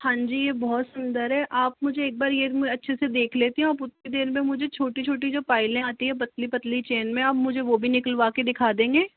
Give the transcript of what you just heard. हाँ जी यह बहुत सुन्दर है आप मुझे एक बार यह अच्छे से देख लेती हूँ आप उतनी देर में मुझे जो छोटी छोटी पायलें आती हैं पतली पतली चेन में आप मुझे वह भी निकलवा के दिखा देंगे